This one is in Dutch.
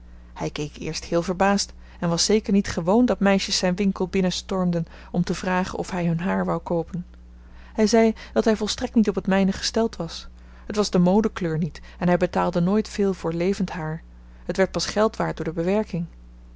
hij keek eerst heel verbaasd en was zeker niet gewoon dat meisjes zijn winkel binnenstormden om te vragen of hij hun haar wou koopen hij zei dat hij volstrekt niet op het mijne gesteld was het was de modekleur niet en hij betaalde nooit veel voor levend haar het werd pas geld waard door de bewerking